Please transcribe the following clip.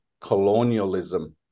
colonialism